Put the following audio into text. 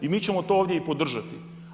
I mi ćemo to ovdje i podržati.